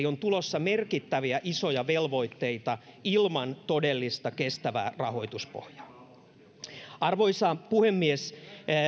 on tulossa merkittäviä isoja velvoitteita ilman todellista kestävää rahoituspohjaa arvoisa puhemies